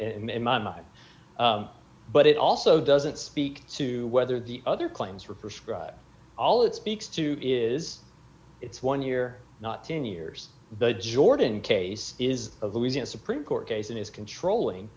in my mind but it also doesn't speak to whether the other claims were prescribed all it speaks to is it's one year not ten years the jordan case is of louisiana supreme court case that is controlling